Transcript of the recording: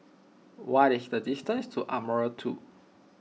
what is the distance to Ardmore two